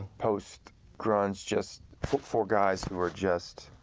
post grunge, just for guys who were just